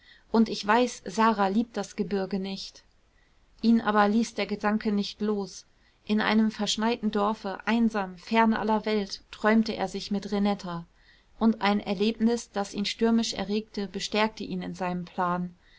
und ich weiß sara liebt das gebirge nicht ihn aber ließ der gedanke nicht los in einem verschneiten dorfe einsam fern aller welt träumte er sich mit renetta und ein erlebnis das ihn stürmisch erregte bestärkte ihn in seinem plan